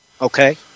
Okay